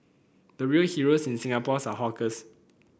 the real heroes in Singapore are hawkers